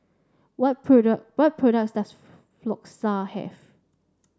what product what products does Floxia have